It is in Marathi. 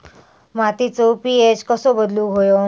मातीचो पी.एच कसो बदलुक होयो?